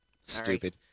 stupid